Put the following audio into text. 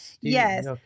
Yes